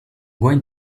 going